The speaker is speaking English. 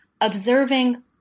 observing